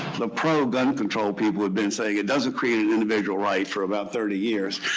the pro-gun control people have been saying, it doesn't create an individual right, for about thirty years.